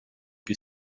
più